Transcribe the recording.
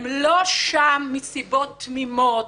הם לא שם מסיבות תמימות,